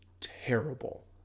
terrible